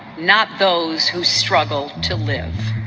not those who struggle to live.